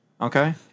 Okay